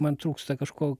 man trūksta kažko